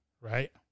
right